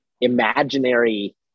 imaginary